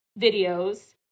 videos